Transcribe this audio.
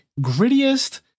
grittiest